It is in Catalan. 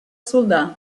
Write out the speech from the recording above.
soldà